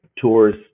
tours